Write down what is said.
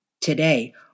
Today